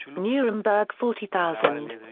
nuremberg forty thousand.